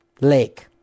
lake